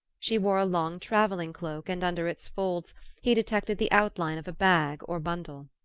she wore a long travelling cloak and under its folds he detected the outline of a bag or bundle.